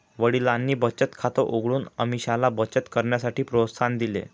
वडिलांनी बचत खात उघडून अमीषाला बचत करण्यासाठी प्रोत्साहन दिले